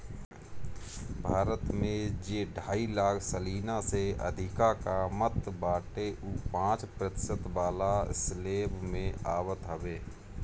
भारत में जे ढाई लाख सलीना से अधिका कामत बाटे उ पांच प्रतिशत वाला स्लेब में आवत हवे